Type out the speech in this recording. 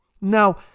Now